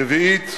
רביעית,